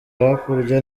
hakurya